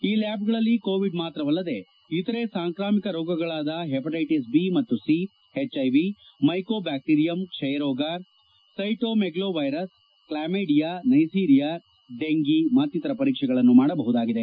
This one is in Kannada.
ಈ ಲ್ಯಾಬ್ಗಳಲ್ಲಿ ಕೋವಿಡ್ ಮಾತ್ರವಲ್ಲದೆ ಇತರೆ ಸಾಂಕ್ರಾಮಿಕ ರೋಗಗಳಾದ ಹೈಪಟಿಟಿಸ್ ಬಿ ಮತ್ತು ಸಿ ಎಚ್ಐವಿ ಮೈಕೋಬ್ಯಾಕ್ತೀರಿಯಂ ಕ್ಷಯರೋಗ ಸೈಟೋಮೆಗ್ಲೋವೈರಸ್ ಕ್ಷಾಮೈಡಿಯಾ ನೈಸೀರಿಯಾ ಡೆಂಫಿ ಮತ್ತಿತರ ಪರೀಕ್ಷೆಗಳನ್ನು ಮಾಡಬಹುದಾಗಿದೆ